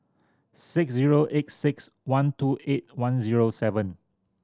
six zero eight six one two eight one zero seven